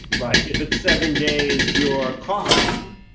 right. if it's seven days you're coughing,